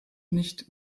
nicht